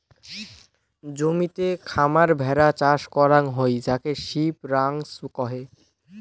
জমিতে খামার ভেড়া চাষ করাং হই যাক সিপ রাঞ্চ কহে